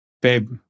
babe